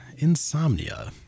insomnia